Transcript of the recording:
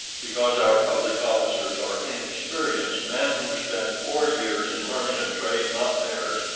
because our public officers are inexperienced men who spend four years in learning a trade not theirs,